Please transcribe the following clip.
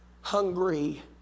Hungry